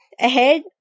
ahead